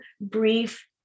brief